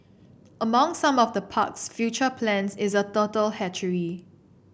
among some of the park's future plans is a turtle hatchery